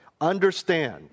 understand